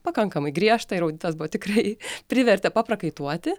pakankamai griežtą ir auditas buvo tikrai privertė paprakaituoti